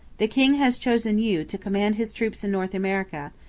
the king has chosen you to command his troops in north america,